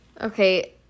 Okay